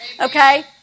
Okay